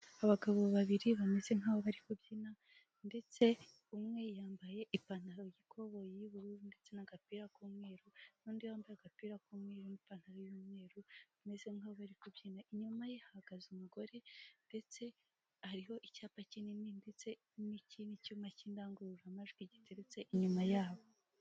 Abagabo babiri bameze nkaho barikubyina, ndetse umwe yambaye ipantaro y'ikoboyi y 'ubururu ndetse n'agapira ku mweru n'undi wambaye agapira ku mweru n'ipantaro y'umweru bameze nkaho barikubyina, inyuma ye hahagaze umugore ndetse hariho icyapa kinini ndetse n'ikindi cyuma cy'indangururamajwi giteretse inyuma yabo.